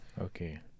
Okay